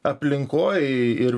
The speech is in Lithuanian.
aplinkoj ir